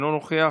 אינו נוכח,